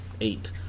eight